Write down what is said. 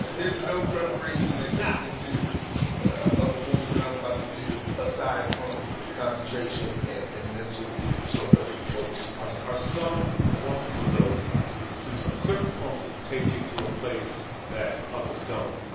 there's no preparation that goes into a performance that i'm about to do aside from concentration and and mental sort of focus are are some performances, though do do certain performances take you to a place that others don't?